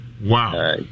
Wow